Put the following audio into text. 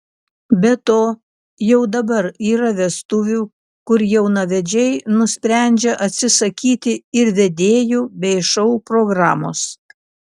be to jau dabar yra vestuvių kur jaunavedžiai nusprendžia atsisakyti ir vedėjų bei šou programos